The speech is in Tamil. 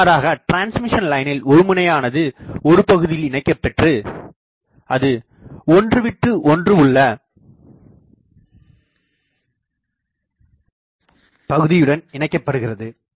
இவ்வாறாக டிரான்ஸ்மிஷன்லைனில் ஒரு முனையானது ஒரு பகுதியில் இணைக்கப்பெற்று அது ஒன்று விட்டு ஒன்று உள்ள பகுதியுடன் இணைக்கப்படுகிறது